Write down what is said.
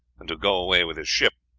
and to go away with his ship,